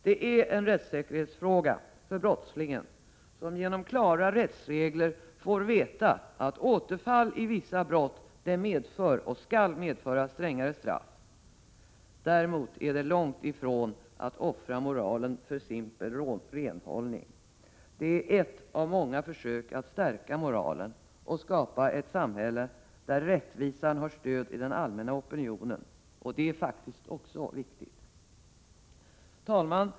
Det är en rättssäkerhetsfråga för brottslingen, som genom klara rättsregler får veta att återfall i vissa brott medför, och skall medföra, strängare straff. Däremot är det långt ifrån fråga om att offra moralen för simpel renhållning. Det är ett av många försök att stärka moralen och att skapa ett samhälle där rättvisan har stöd i den allmänna opinionen, vilket faktiskt också är viktigt. Herr talman!